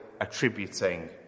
attributing